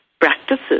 practices